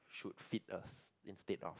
should fit us instead of